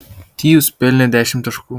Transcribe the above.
tyus pelnė dešimt taškų